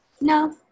no